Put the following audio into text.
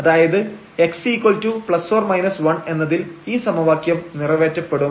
അതായത് x±1 എന്നതിൽ ഈ സമവാക്യം നിറവേറ്റപ്പെടും